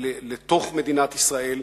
לתוך מדינת ישראל,